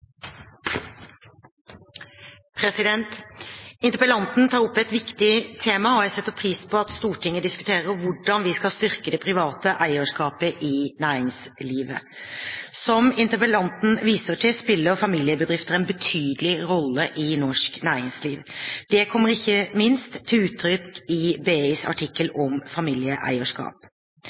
innlegg. Interpellanten tar opp et viktig tema, og jeg setter pris på at Stortinget diskuterer hvordan vi kan styrke det private eierskapet i næringslivet. Som interpellanten viser til, spiller familiebedrifter en betydelig rolle i norsk næringsliv. Det kommer ikke minst til uttrykk i BIs artikkel om familieeierskap.